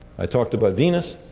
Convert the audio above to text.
i talked about venus.